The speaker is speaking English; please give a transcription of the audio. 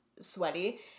sweaty